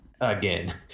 again